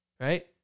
Right